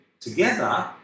together